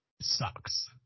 sucks